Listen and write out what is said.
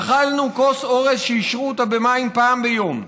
אכלנו כוס אורז שהשרו אותה במים פעם ביום.